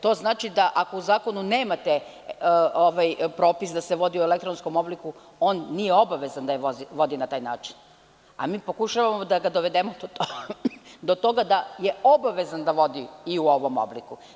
To znači da ako u zakonu nemate propis da se vodi u elektronskom obliku, on nije obavezan da je vodi na taj način, a mi pokušavamo da ga dovedemo do toga da je obavezan da vodi i u ovom obliku.